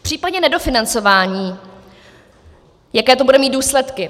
V případě nedofinancování jaké to bude mít důsledky?